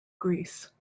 greece